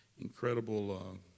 incredible